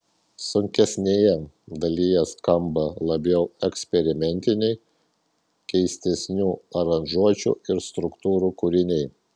sunkesnėje dalyje skamba labiau eksperimentiniai keistesnių aranžuočių ir struktūrų kūriniai